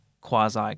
quasi